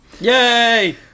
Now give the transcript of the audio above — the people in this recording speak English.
Yay